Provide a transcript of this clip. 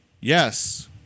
Yes